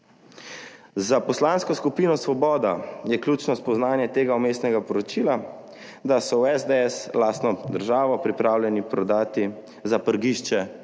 Za Poslansko skupino Svoboda je ključno spoznanje tega vmesnega poročila, da so v SDS lastno državo pripravljeni prodati za prgišče